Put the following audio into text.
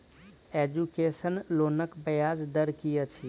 Education लोनक ब्याज दर की अछि?